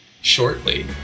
shortly